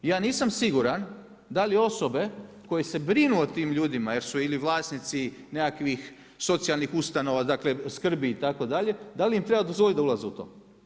Ja nisam siguran da li osobe koje se brinu o tim ljudima jer su ili vlasnici nekakvih socijalnih ustanova, dakle skrbi itd., da li im treba dozvoliti da ulaze u to.